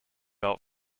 out